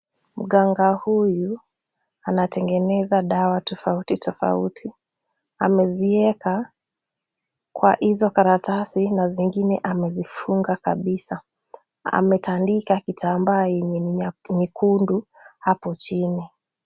Mganga huyu anatengeneza dawa tofauti tofauti. Ameziweka kwa hizo karatasi na zingine amezifunga kabisa. Ametandika kitambaa yenye ni nyekundu hapo chini.